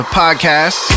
podcast